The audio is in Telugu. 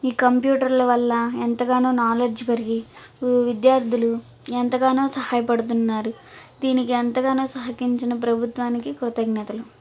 ఈ కంప్యూటర్ల వల్ల ఎంతగానో నాలెడ్జ్ పెరిగి ఇప్పుడు విద్యార్థులు ఎంతగానో సహాయపడుతున్నారు దీనికి ఎంతగానో సహకరించిన ప్రభుత్వానికి కృతజ్ఞతలు